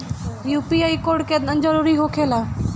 UPI code केतना जरुरी होखेला?